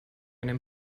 einen